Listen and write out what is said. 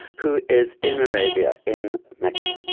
who is in arabia in mecca,